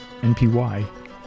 NPY